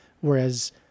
Whereas